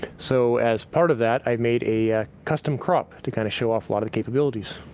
so as part of that, i've made a custom crop to kind of show off a lot of capabilities.